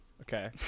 okay